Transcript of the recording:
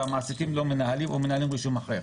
והמעסיקים לא מנהלים או מנהלים רישום אחר.